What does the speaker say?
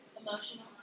Emotional